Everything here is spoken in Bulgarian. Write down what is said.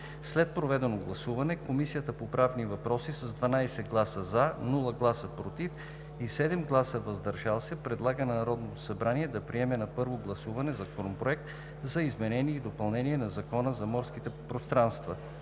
След проведеното гласуване Комисията по правни въпроси с 12 гласа „за“, без „против“ и 7 гласа „въздържал се“ предлага на Народното събрание да приеме на първо гласуване Законопроект за изменение и допълнение на Закона за морските пространства,